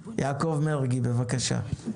יעקב מרגי, בבקשה.